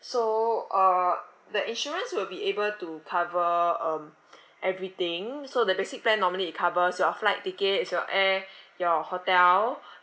so uh the insurance will be able to cover um everything so the basic plan normally it covers your flight tickets your air your hotel